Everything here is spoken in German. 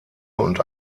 und